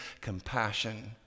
compassion